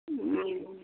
हूँ